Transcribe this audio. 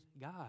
God